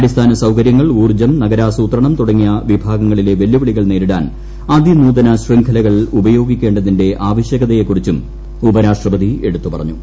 അടിസ്ഥാന സൌകര്യങ്ങൾ ഊർജ്ജം നഗരാസൂത്രണം തുടങ്ങിയ വിഭാഗങ്ങളിലെ വെല്ലുവിളികൾ നേരിടാൻ അതിനൂതന ശൃംഖലകൾ ഉപയോഗിക്കേണ്ടതിന്റെ ആവശ്യകതയെക്കുറിച്ചും ഉപരാഷ്ട്രപതി എടുത്തു പറഞ്ഞു